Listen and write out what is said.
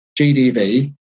GDV